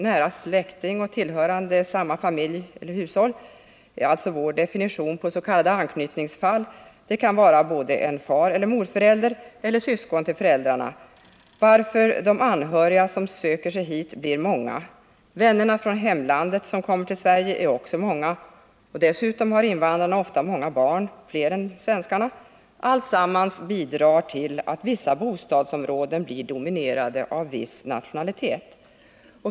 Nära släkting och tillhörande samma familj/hushåll — alltså vår definition på s.k. 17 anknytningsfall — kan vara både en fareller morförälder och syskon till föräldrarna, varför de anhöriga som söker sig hit blir många. Vännerna från hemlandet som kommer till Sverige är också många, och dessutom har invandrarna ofta många barn, fler än svenskarna. Allt detta bidrar till att vissa bostadsområden blir dominerade av viss nationalitet.